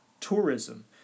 tourism